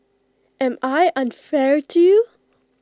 am I unfair to you